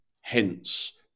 Hence